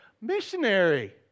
missionary